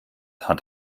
hat